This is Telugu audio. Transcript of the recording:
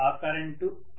ఆ కరెంటు i